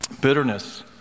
bitterness